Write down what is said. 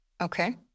Okay